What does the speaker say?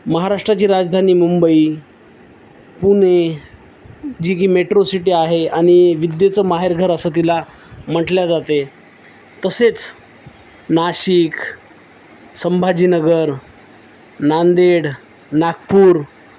महाराष्ट्राची राजधानी मुंबई पुणे जी की मेट्रो सिटी आहे आणि विद्येचं माहेरघर असं तिला म्हटलं जाते तसेच नाशिक संभाजीनगर नांदेड नागपूर